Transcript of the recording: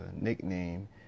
nickname